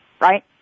right